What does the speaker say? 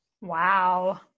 Wow